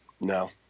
No